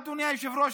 אדוני היושב-ראש,